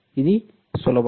ఇది సులభం